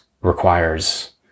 Requires